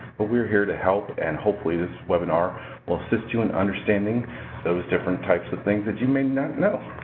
but we're here to help and hopefully this webinar will assist you in understanding those different types of things that you may not know.